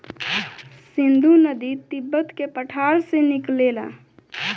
सिन्धु नदी तिब्बत के पठार से निकलेला